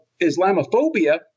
Islamophobia